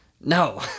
No